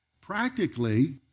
practically